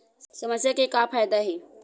समस्या के का फ़ायदा हे?